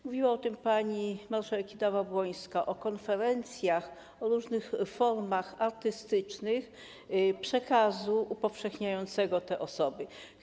Mówiła o tym pani marszałek Kidawa-Błońska, o konferencjach, o różnych formach artystycznych przekazu upowszechniającego te osoby.